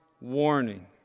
warning